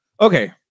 okay